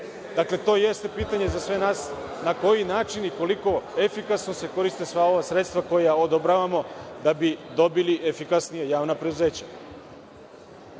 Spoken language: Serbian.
To jeste pitanje za sve nas – na koji način i koliko efikasno se koriste sva ova sredstva koja odobravamo da bi dobili efikasnija javna preduzeća?O